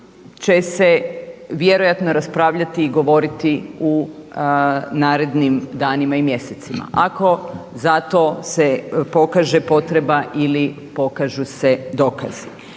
će se vjerojatno raspravljati i govoriti u narednim danima i mjesecima ako za to se pokaže potreba ili pokažu se dokazi.